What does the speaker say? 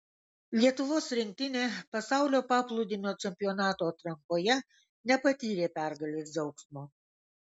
lietuvos rinktinė pasaulio paplūdimio čempionato atrankoje nepatyrė pergalės džiaugsmo